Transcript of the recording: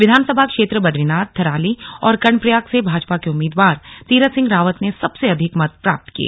विधानसभा क्षेत्र बद्रीनाथ थराली और कर्णप्रयाग से भाजपा के उम्मीदवार तीरथ सिंह रावत ने सबसे अधिक मत प्राप्त किए